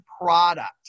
product